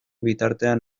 bitartean